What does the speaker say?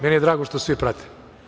Meni je drago što svi prate.